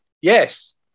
yes